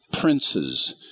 Princes